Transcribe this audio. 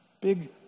big